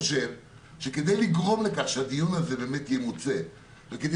חושב שכדי לגרום לכך שהדיון הזה ימוצה וכדי